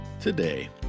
today